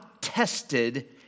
tested